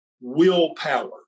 willpower